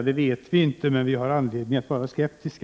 Det vet vi inte, men vi har anledning att vara skeptiska.